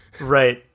right